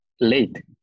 late